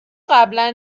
قبلا